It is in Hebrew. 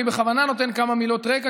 אני בכוונה נותן כמה מילות רקע,